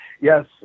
Yes